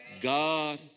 God